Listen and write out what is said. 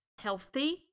healthy